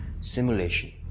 simulation